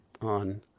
on